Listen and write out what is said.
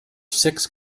six